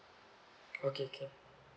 okay can